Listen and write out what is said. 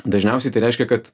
dažniausiai tai reiškia kad